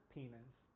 Penis